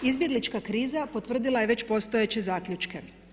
Izbjeglička kriza potvrdila je već postojeće zaključke.